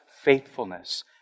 faithfulness